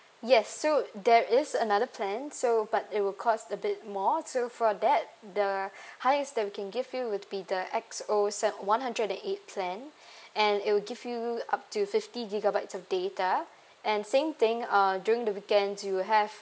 yes so there is another plan so but it will cost a bit more so for that the highest that we can give you would be the X O se~ one hundred and eight plan and it will give you up to fifty gigabytes of data and same thing uh during the weekends you'll have